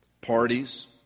parties